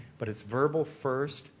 but it's verbal first,